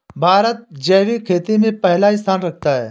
भारत जैविक खेती में पहला स्थान रखता है